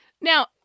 Now